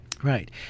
Right